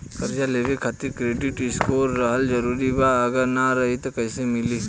कर्जा लेवे खातिर क्रेडिट स्कोर रहल जरूरी बा अगर ना रही त कैसे मिली?